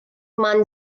man